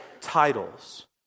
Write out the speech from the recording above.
titles